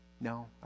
No